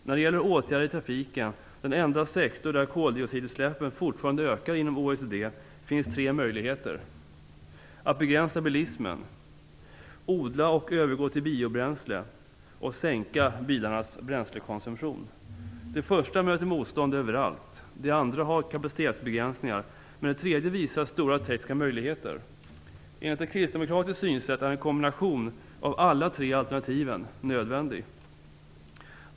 När det gäller åtgärder i trafiken, den enda sektor där koldioxidutsläppen fortfarande ökar inom OECD, finns tre möjligheter: att begränsa bilismen, att odla och övergå till biobränsle och att sänka bilarnas bränslekonsumtion. Den första möter motstånd överallt, den andra har kapacitetsbegränsningar, men den tredje visar stora tekniska möjligheter. Enligt ett kristdemokratiskt synsätt är en kombination av alla tre alternativen nödvändig.